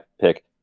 pick